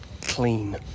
clean